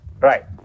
right